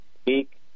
speak